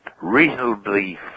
Reasonably